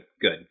good